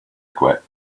quit